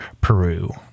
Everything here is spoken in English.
Peru